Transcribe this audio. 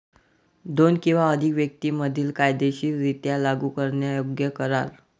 दोन किंवा अधिक व्यक्तीं मधील कायदेशीररित्या लागू करण्यायोग्य करार